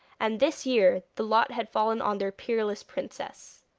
and this year the lot had fallen on their peerless princess.